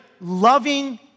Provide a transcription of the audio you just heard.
loving